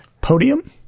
podium